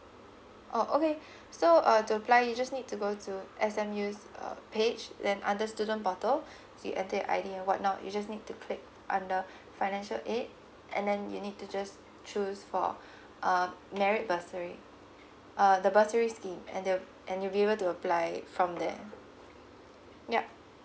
oh okay so uh to apply you just need to go to S_M_U's uh page then under student portal so you enter your I_D and what not you just need to click under financial aid and then you need to just choose for um merit bursary uh the bursary's scheme and there'll and you'll be able to apply from there yup